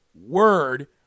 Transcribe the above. word